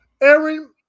Aaron